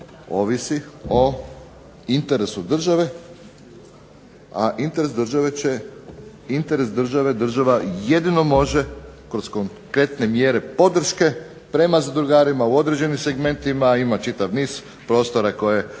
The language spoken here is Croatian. ovisi o interesu države. A interes države država jedino može kroz konkretne mjere podrške prema zadrugarima u određenim segmentima. Ima čitav niz prostora koje